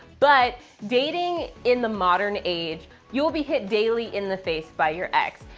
but dating in the modern age, you'll be hit daily in the face by your ex.